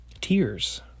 tears